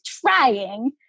trying